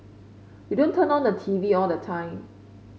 we don't turn on the T V all the time